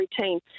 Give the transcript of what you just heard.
routine